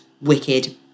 wicked